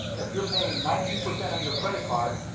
if you're paying nineteen percent on your credit card.